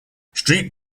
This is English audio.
street